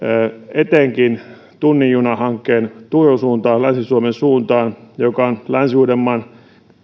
etenkin tunnin juna hankkeen turun suuntaan länsi suomen suuntaan joka on länsi uudenmaan